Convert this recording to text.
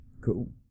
Cool